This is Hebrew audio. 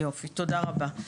תודה רבה.